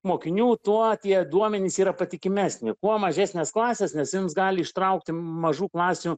mokinių tuo tie duomenys yra patikimesni kuo mažesnės klasės nes jums gali ištraukti mažų klasių